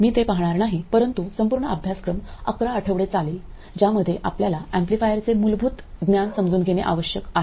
मी ते पाहणार नाही परंतु संपूर्ण अभ्यासक्रम अकरा आठवडे चालेल ज्यामध्ये आपल्याला एम्पलीफायरचे मूलभूत ज्ञान समजून घेणे आवश्यक आहे